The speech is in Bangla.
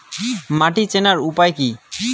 মাটি চেনার উপায় কি?